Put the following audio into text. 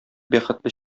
бәхетле